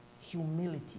humility